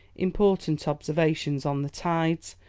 important observations on the tides,